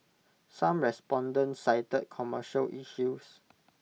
some respondents cited commercial issues